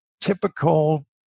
typical